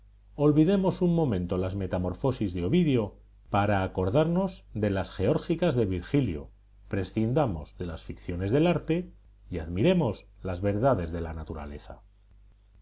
olvidemos un momento las metamorfosis de ovidio para acordarnos de las geórgicas de virgilio prescindamos de las ficciones del arte y admiremos las verdades de la naturaleza